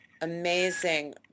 amazing